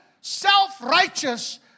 self-righteous